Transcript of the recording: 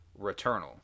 Returnal